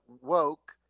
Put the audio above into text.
woke